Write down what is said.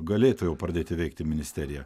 galėtų jau pradėti veikti ministerija